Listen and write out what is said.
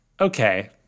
Okay